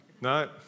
No